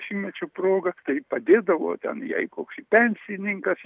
šimtmečio proga tai padėdavo ten jai koks pensininkas